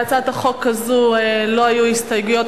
להצעת החוק הזאת לא היו הסתייגויות.